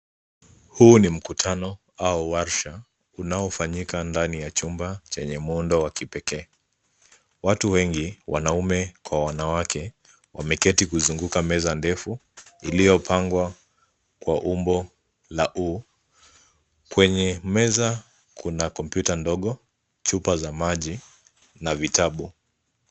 Huu ni mkutano au warsha, unaofanyika ndani ya chumba chenye muundo wa kipekee. Watu wengi wanaume kwa wanawake wameketi kuzunguka meza ndefu iliyopangwa kwa umbo la U. Kwenye meza kuna kompyuta ndogo, chupa za maji na vitabu.